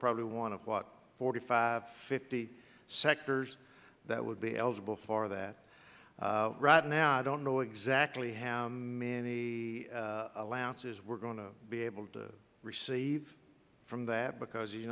probably one of what forty five fifty sectors that would be eligible for that right now i don't know exactly how many allowances we are going to be able to receive from that because